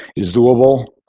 it's doable.